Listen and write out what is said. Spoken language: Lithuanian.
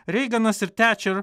reiganas ir tečer